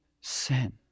sin